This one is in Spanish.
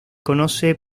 conoce